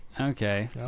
Okay